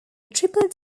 triple